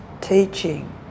teaching